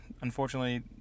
unfortunately